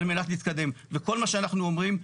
על מנת להתקדם וכל מה שאנחנו אומרים,